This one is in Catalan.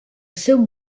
seu